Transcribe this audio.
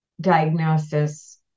diagnosis